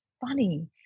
funny